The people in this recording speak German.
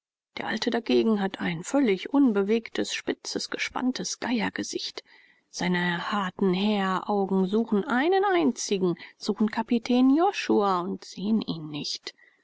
der alte dagegen hat ein völlig unbewegtes spitzes gespanntes geiergesicht seine harten häheraugen suchen einen einzigen suchen kapitän josua und sehen ihn nicht